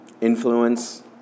influence